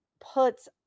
puts